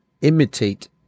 imitate